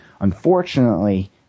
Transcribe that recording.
Unfortunately